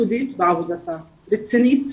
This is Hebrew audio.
חנאן הייתה יסודית בעבודתה, רצינית,